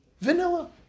vanilla